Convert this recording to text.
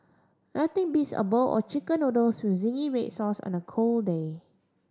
nothing beats a bowl of Chicken Noodles with zingy red sauce on a cold day